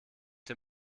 dem